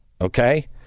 Okay